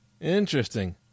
Interesting